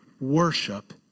worship